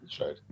right